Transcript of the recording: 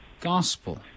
gospel